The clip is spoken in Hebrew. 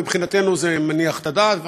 מבחינתנו זה מניח את הדעת,